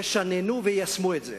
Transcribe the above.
ישננו ויישמו את זה,